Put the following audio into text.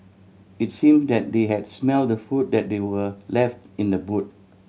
it's seem that they had smelt the food that they were left in the boot